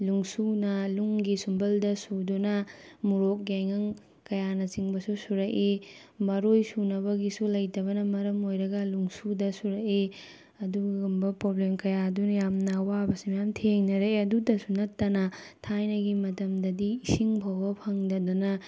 ꯅꯨꯡꯁꯨꯅ ꯅꯨꯡꯒꯤ ꯁꯨꯝꯕꯜꯗ ꯁꯨꯗꯨꯅ ꯃꯣꯔꯣꯛ ꯌꯥꯏꯉꯪ ꯀꯌꯥꯅꯆꯤꯡꯕꯁꯨ ꯁꯨꯔꯛꯏ ꯃꯔꯣꯏ ꯁꯨꯅꯕꯒꯤꯁꯨ ꯂꯩꯇꯕꯅ ꯃꯔꯝ ꯑꯣꯏꯔꯒ ꯅꯨꯡꯁꯨꯗ ꯁꯨꯔꯛꯏ ꯑꯗꯨꯒꯨꯝꯕ ꯄ꯭ꯔꯣꯕ꯭ꯂꯦꯝ ꯀꯌꯥꯗꯨꯅ ꯌꯥꯝꯅ ꯑꯋꯥꯕꯁꯦ ꯃꯌꯥꯝ ꯊꯦꯡꯅꯔꯛꯑꯦ ꯑꯗꯨꯇꯁꯨ ꯅꯠꯇꯅ ꯊꯥꯏꯅꯒꯤ ꯃꯇꯝꯗꯗꯤ ꯏꯁꯤꯡ ꯐꯥꯎꯕ ꯐꯪꯗꯗꯅ